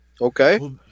Okay